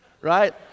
Right